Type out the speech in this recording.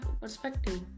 perspective